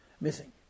missing